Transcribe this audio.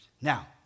Now